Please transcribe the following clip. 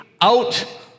out